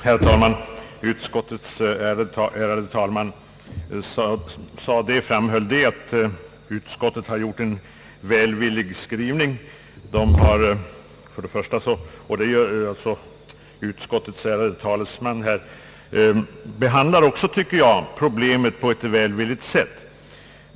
Herr talman! Utskottets ärade talesman framhöll att utskottet har gjort en välvillig skrivning. Jag tycker att utskottet och även utskottets ärade talesman har behandlat problemet på ett välvilligt sätt.